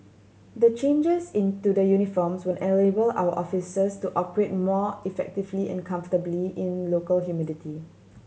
the changes into the uniforms will enable our officers to operate more effectively and comfortably in local humidity